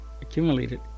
accumulated